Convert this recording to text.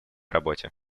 работе